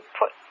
put